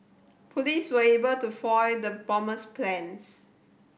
police were able to foil the bomber's plans